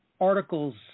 articles